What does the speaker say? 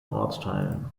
ortsteilen